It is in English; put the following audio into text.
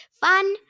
Fun